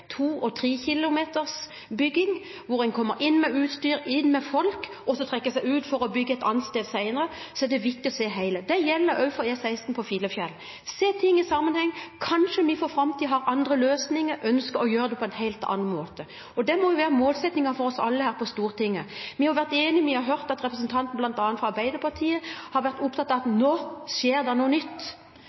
og 3-kilometersbygging, hvor en kommer inn med utstyr, inn med folk, og så trekker seg ut for å bygge et annet sted senere, er det viktig å se helheten. Det gjelder også for E16 over Filefjell. Å se ting i sammenheng – kanskje vi i framtiden har andre løsninger, ønsker å gjøre det på en helt annen måte – må jo være målsettingen for oss alle her på Stortinget. Vi har vært enige, vi har hørt at bl.a. representanten fra Arbeiderpartiet har vært opptatt av at nå skjer det noe nytt.